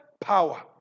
power